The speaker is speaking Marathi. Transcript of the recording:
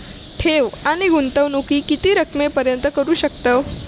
ठेव आणि गुंतवणूकी किती रकमेपर्यंत करू शकतव?